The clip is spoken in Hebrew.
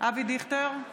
אבי דיכטר,